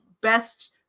best